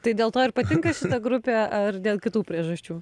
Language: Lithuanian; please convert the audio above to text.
tai dėl to ir patinka šita grupė ar dėl kitų priežasčių